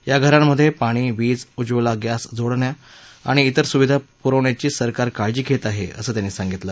या घरांमध्ये पाणी वीज उज्ज्वला गप्तीजोडण्या आणि इतर सुविधा पुरवण्याची सरकार काळजी घेत आहे असं त्यांनी सांगितलं